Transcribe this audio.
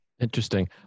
Interesting